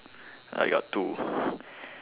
I got two